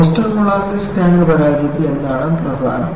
Boston molasses tank പരാജയത്തിൽ എന്താണ് പ്രധാനം